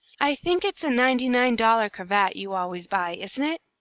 i think it's a ninety-nine dollar cravat you always buy, isn't it?